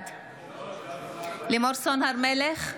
בעד לימור סון הר מלך,